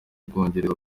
bwongereza